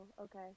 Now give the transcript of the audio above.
okay